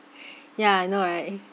ya I know right